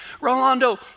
Rolando